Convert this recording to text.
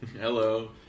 Hello